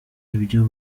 ibyo